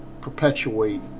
perpetuate